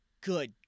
good